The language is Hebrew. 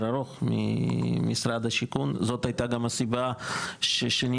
ארוך ממשרד השיכון זאת הייתה גם הסיבה ששינינו,